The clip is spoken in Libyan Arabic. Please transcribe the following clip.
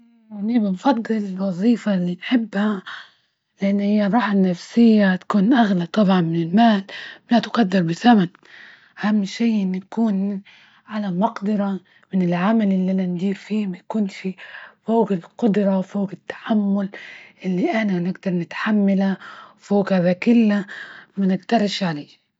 إني بنفضل الوظيفة اللي نحبها لإن هي الراحة النفسية، تكون أغلى طبعا من المال أنها تقدر بثمن، أهم شيء إن يكون على مقدرة من العمل اللي أنا ندير فيه، ما يكونش فوق القدرة، فوق التحمل اللي أنا نقدر نتحمله، فوق هذا كله ما نجدرش علية.